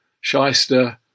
shyster